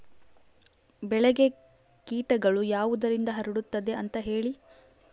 ಬೆಳೆಗೆ ಕೇಟಗಳು ಯಾವುದರಿಂದ ಹರಡುತ್ತದೆ ಅಂತಾ ಹೇಳಿ?